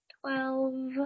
twelve